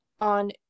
On